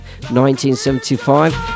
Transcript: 1975